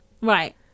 Right